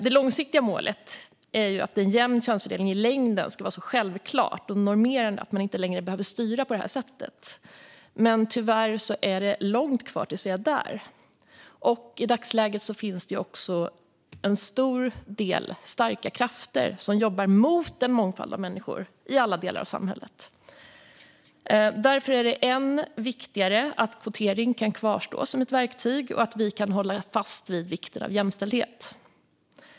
Det långsiktiga målet är att en jämn könsfördelning i längden ska vara så självklar och normerande att man inte ska behöva styra på detta sätt. Tyvärr har vi långt kvar innan vi är där. I dagsläget finns dessutom en stor mängd starka krafter som jobbar mot en mångfald av människor i alla delar av samhället. Det är därför än mer viktigt att kvotering kan kvarstå som verktyg och att vi kan hålla fast vid vikten av jämställdhet.